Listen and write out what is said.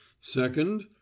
Second